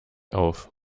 auf